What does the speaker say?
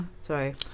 Sorry